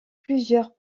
plusieurs